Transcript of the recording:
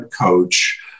coach